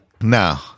No